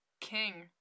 King